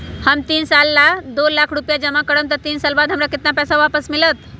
हम तीन साल ला दो लाख रूपैया जमा करम त तीन साल बाद हमरा केतना पैसा वापस मिलत?